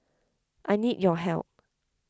I need your help